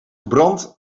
verbrand